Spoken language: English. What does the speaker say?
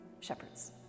shepherds